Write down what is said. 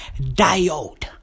diode